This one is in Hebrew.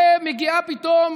ומגיעה פתאום